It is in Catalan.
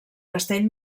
castell